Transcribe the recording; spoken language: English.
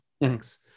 thanks